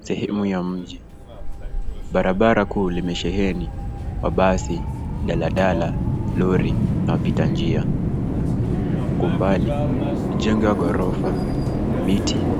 Sehemu ya mji. Barabara kuu limesheheni mabasi, daladala, lori, na wapita njia. Kwa umbali, majengo ya ghorofa, miti,